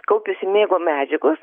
kaupiasi miego medžiagos